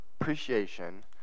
appreciation